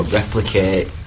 replicate